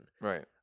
Right